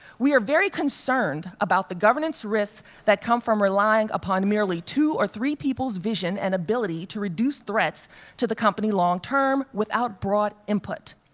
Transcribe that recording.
we are very concerned about the governance risks that come from relying upon merely two or three people's vision and ability to reduce threats to the company long term without broad input.